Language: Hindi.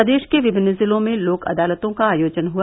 प्रदेश के विभिन्न जिलों में लोक अदालतों का आयोजन हुआ